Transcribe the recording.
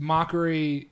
Mockery